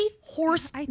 horse